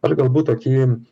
aš galbūt tokį